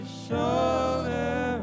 shoulder